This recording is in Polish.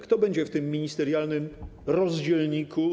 Kto będzie w tym ministerialnym rozdzielniku?